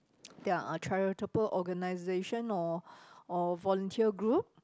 there are charitable organization or or volunteer group